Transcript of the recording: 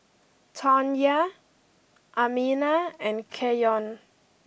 Tawnya Amina and Keyon